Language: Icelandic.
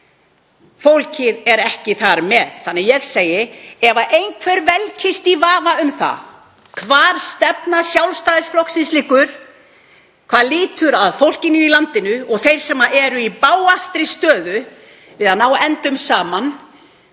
eitt, fólkið er ekki þar með. Ég segi: Ef einhver velkist í vafa um það hvar stefna Sjálfstæðisflokksins liggur þegar kemur að fólkinu í landinu og þeim sem eru í bágri stöðu við að ná endum saman,